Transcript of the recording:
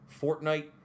Fortnite